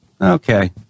Okay